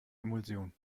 emulsion